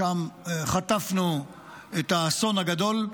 שם חטפנו את האסון הגדול,